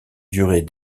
durait